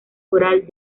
foral